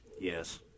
yes